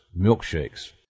milkshakes